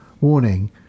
warning